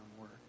work